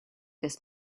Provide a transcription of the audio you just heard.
this